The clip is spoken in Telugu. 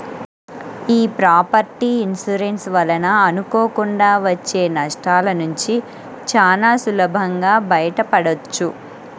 యీ ప్రాపర్టీ ఇన్సూరెన్స్ వలన అనుకోకుండా వచ్చే నష్టాలనుంచి చానా సులభంగా బయటపడొచ్చు